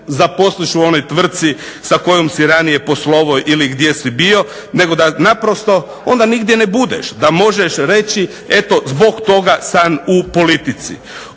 zaposliš u onoj tvrtci sa kojom si ranije poslovao ili gdje si bio nego da naprosto onda nigdje ne budeš, da možeš reći eto zbog toga sam u politici.